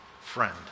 friend